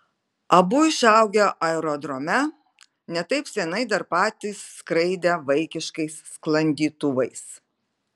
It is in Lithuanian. abu išaugę aerodrome ne taip seniai dar patys skraidę vaikiškais sklandytuvais